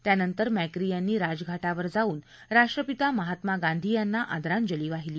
त्यानंतर मॅक्री यांनी राजघा वर जाऊन राष्ट्रपिता महात्मा गांधी यांना आंदराजली वाहिली